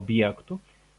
objektų